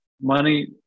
money